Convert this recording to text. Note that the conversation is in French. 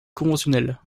conventionnelle